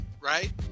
right